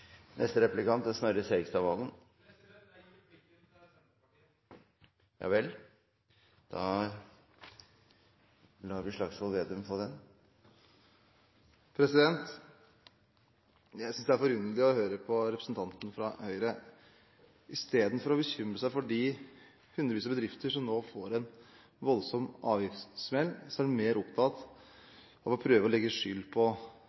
Neste replikant er representanten Snorre Serigstad Valen. President, jeg gir replikken til Senterpartiet. Ja vel, da lar vi representanten Slagsvold Vedum få den. Jeg synes det er forunderlig å høre på representanten fra Høyre. Istedenfor å bekymre seg for de hundrevis av bedriftene som nå får en voldsom avgiftssmell, er man mer